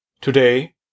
Today